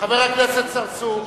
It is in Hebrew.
חבר הכנסת צרצור.